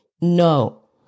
No